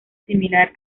similar